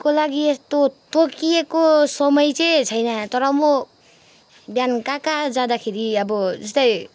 को लागि यस्तो तोकिएको समय चाहिँ छैन तर म बिहान कहाँ कहाँ जाँदाखेरि अब जस्तै